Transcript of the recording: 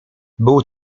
był